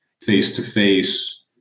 face-to-face